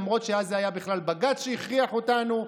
למרות שאז זה היה בכלל בג"ץ שהכריח אותנו,